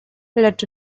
lecz